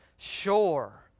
Sure